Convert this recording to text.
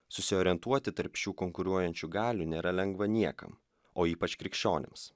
susiorientuoti tarp šių konkuruojančių galių nėra lengva niekam o ypač krikščionims